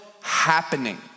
happening